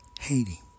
Haiti